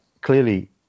clearly